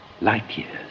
light-years